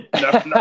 no